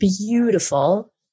beautiful